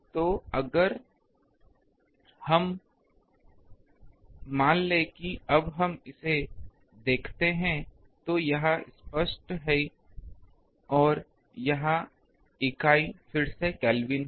तो अब अगर हम मान लें कि अब हम इसे देखते हैं तो यह स्पष्ट है और यह इकाई फिर से केल्विन होगी